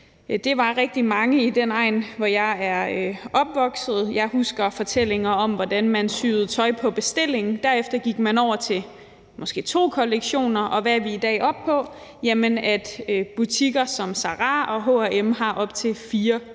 Det var rigtig mange i den egn, hvor jeg er opvokset. Jeg husker fortællinger om, hvordan man syede tøj på bestilling, derefter gik man over til måske to kollektioner, og hvad er vi i dag oppe på? Vi er oppe på, at butikker som Zara og H&M har op til 24 kollektioner.